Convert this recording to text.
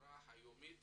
המהדורה היומית